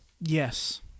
Yes